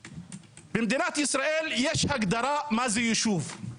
במדינת ישראל יש הגדרה, מה זה ישוב.